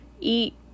eat